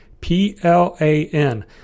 P-L-A-N